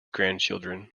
grandchildren